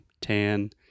tan